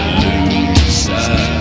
loser